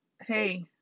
Hey